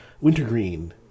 wintergreen